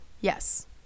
Yes